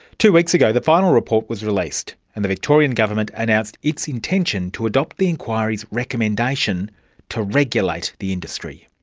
two weeks ago the final report was released and the victorian government announced its intention to adopt the inquiry's recommendation to regulate the industry.